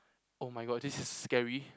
!oh-my-god! this is scary